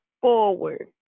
forward